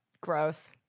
Gross